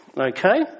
okay